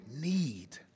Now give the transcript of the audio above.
need